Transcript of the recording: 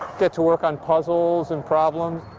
get to work on puzzles and problems.